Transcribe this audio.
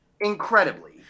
incredibly